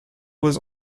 was